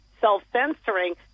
self-censoring